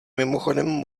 mimochodem